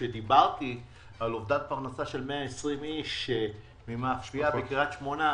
כשדיברתי על אותה פרנסה של 120 אנשים במאפייה בקריית שמונה,